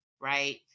right